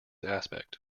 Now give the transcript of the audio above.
aspect